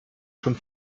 schon